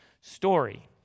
story